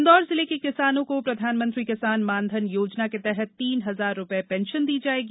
इन्दौर जिले के किसानों को प्रधानमंत्री किसान मानधन योजना के तहत तीन हजार रूपये पेंशन दी जायेगी